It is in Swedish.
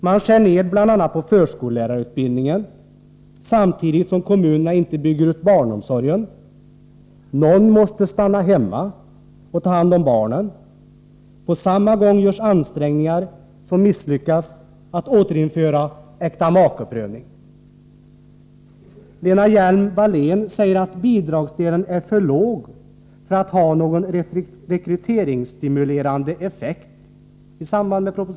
Man skär ned på bl.a. förskollärarutbildningen samtidigt som kommunerna inte bygger ut barnomsorgen. Någon måste stanna hemma och ta hand om barnen. På samma gång görs ansträngningar — som misslyckas — att återinföra äktamakeprövningen. Lena Hjelm-Wallén säger att bidragsdelen är för låg för att ha någon rekryteringsstimulerande effekt. Jo, det stämmer nog.